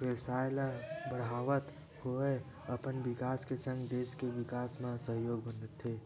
बेवसाय ल बड़हात होय अपन बिकास के संग देस के बिकास म सहयोगी बनत हे